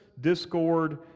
discord